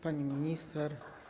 Pani Minister!